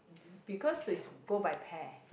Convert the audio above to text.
th~ because is go by pair